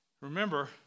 Remember